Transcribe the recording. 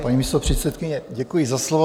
Paní místopředsedkyně, děkuji za slovo.